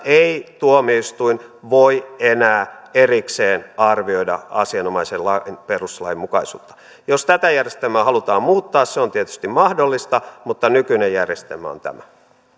ei tuomioistuin voi enää erikseen arvioida asianomaisen lain perustuslainmukaisuutta jos tätä järjestelmää halutaan muuttaa se on tietysti mahdollista mutta nykyinen järjestelmä on tämä